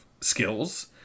skills